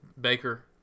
baker